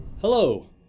Hello